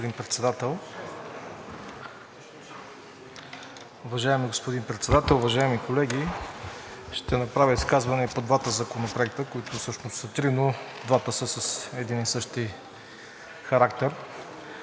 Уважаеми господин Председател, уважаеми колеги! Ще направя изказване и по двата законопроекта, които всъщност са три, но двата с един и същ характер.